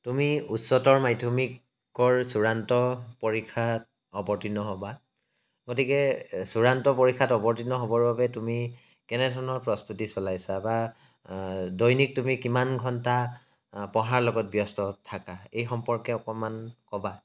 তুমি উচ্চতৰ মাধ্যমিকৰ চূড়ান্ত পৰীক্ষাত অৱতীৰ্ণ হ'বা গতিকে চূড়ান্ত পৰীক্ষাত অৱতীৰ্ণ হ'বৰ বাবে তুমি কেনে ধৰণৰ প্ৰস্তুতি চলাইছা বা দৈনিক তুমি কিমান ঘণ্টা পঢ়াৰ লগত ব্যস্ত থাকা এই সম্পৰ্কে অকমান ক'বা